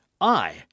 I